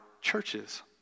churches